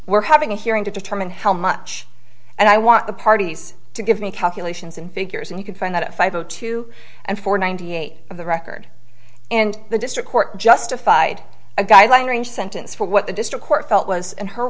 we're having a hearing to determine how much and i want the parties to give me calculations and figures and you can find that at five o two and four ninety eight of the record and the district court justified a guideline range sentence for what the district court felt was in her